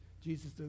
Jesus